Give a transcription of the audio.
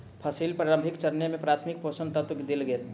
फसीलक प्रारंभिक चरण में प्राथमिक पोषक तत्व देल गेल